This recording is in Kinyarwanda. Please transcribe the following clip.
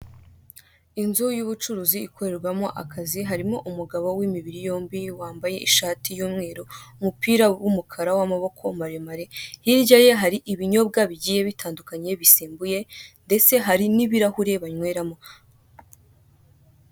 Inzu y'ubucuruzi ikorerwamo akazi harimo umugabo w'imibiri yombi wambaye ishati y'umweru, umupira w'umukara w'amaboko maremare, hirya ye hari ibinyobwa bigiye bitandukanye bisembuye, ndetse hari n'ibirahure banyweramo.